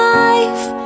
life